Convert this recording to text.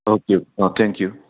okay thank you